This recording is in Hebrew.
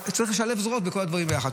צריך לשלב זרועות בכל הדברים ביחד.